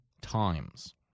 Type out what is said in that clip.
times